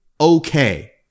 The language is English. okay